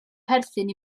perthyn